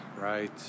Right